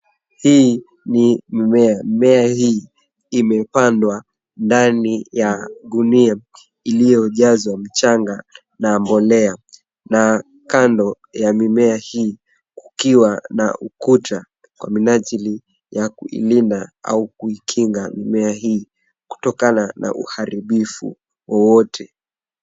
Hii ni mimea, mimea hii imepandwa ndani ya gunia iliyojazwa mchanga na mbolea. Na kando ya mimea hii, kukiwa na ukuta kwa minajili ya kuilinda au kuikinga mimea hii kutokana na uharibifu wowote.